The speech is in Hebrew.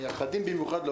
מייחדים.